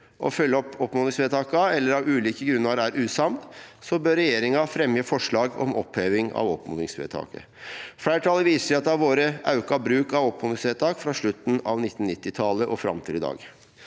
å følgje opp oppmodingsvedtaka eller av ulike grunnar er usamd, så bør regjeringa fremje forslag om oppheving av oppmodingsvedtaka.» «Fleirtalet viser til at det har vore auka bruk av oppmodingsvedtak frå slutten av 1990-talet og fram til i dag.»